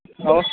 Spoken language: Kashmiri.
اَوٕ